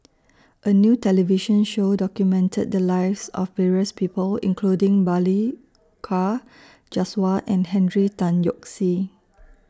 A New television Show documented The Lives of various People including Balli Kaur Jaswal and Henry Tan Yoke See